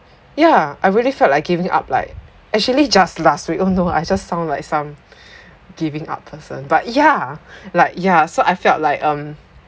ya I really felt like giving up like actually just last week oh no I just sound like some giving up person but yeah like yeah so I felt like um